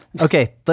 Okay